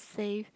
save